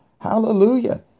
Hallelujah